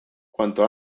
cuanto